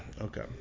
okay